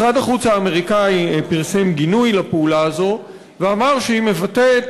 משרד החוץ האמריקני פרסם גינוי לפעולה הזאת ואמר שהיא מבטאת